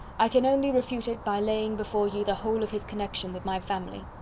i can only refute it by laying before you the whole of his connection with my family.